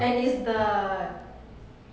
and it's the